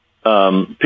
People